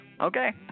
Okay